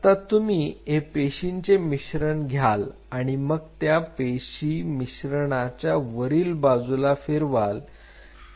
आता तुम्ही ते पेशींचे मिश्रण घ्याल आणि मग त्या पेशी मिश्रणाच्या वरील बाजूला फिरवाल